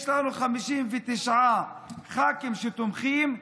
יש לנו 59 ח"כים שתומכים.